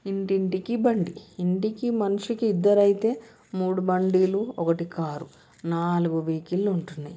ఇంటింటికి బండి ఇంటికి మనిషికి ఇద్దరు అయితే మూడు బండ్లు ఒకటి కారు నాలుగు వెహికిల్ ఉంటున్నాయి